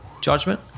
judgment